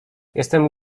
jestem